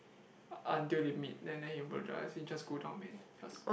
until they meet then then he apologise he just go down man first